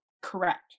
correct